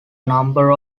number